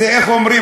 איך אומרים?